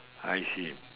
I see